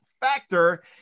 factor